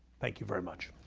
thank you very much.